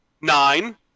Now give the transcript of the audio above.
nine